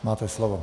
Máte slovo.